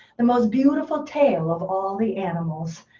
the most beautiful tail of all the animals.